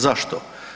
Zašto?